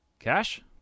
Cash